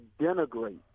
denigrate